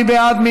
מי בעד?